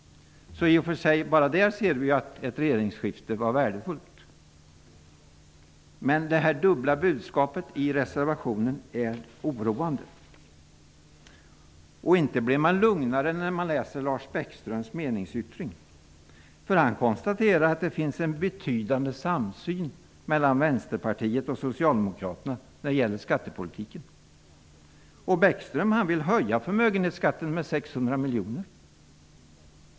Bara detta visar att ett regeringsskifte var värdefullt. Men det dubbla budskapet i reservationen är oroande. Och inte blir man lugnare när man läser Lars Bäckströms meningsyttring. Han konstaterar att det finns en betydande samsyn mellan Vänsterpartiet och Socialdemokraterna när det gäller skattepolitiken. 600 miljoner.